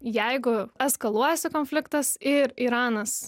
jeigu eskaluojasi konfliktas ir iranas